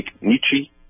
Nietzsche